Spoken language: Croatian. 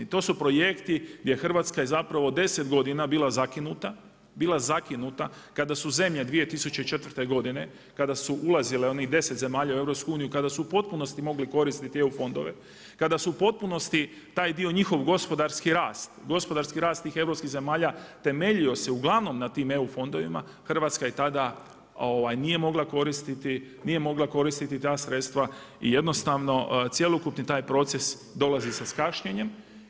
I to su projekti gdje Hrvatska je zapravo 10 godina bila zakinuta, bila zakinuta kada su zemlje 2004. godine kada su ulazile, onih 10 zemalja u EU, kada su u potpunosti mogli koristiti EU fondove, kada su u potpunosti taj dio njihov gospodarski rast, gospodarski rast tih europskih zemalja temeljio se uglavnom na tim EU fondovima, Hrvatska ih tada nije mogla koristiti, nije mogla koristiti ta sredstva i jednostavno cjelokupni taj proces dolazi sa kašnjenjem.